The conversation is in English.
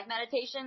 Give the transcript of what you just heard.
meditation